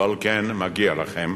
ועל כן מגיע לכם